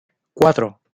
cuatro